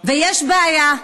ויש בעיה,